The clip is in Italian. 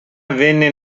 avvenne